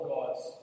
God's